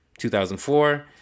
2004